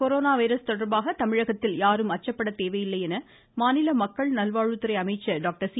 corona virus தொடர்பாக தமிழகத்தில் யாரும் அச்சப்பட தேவையில்லை என மாநில மக்கள் நல்வாழ்வுத்துறை அமைச்சர் டாக்டர் சி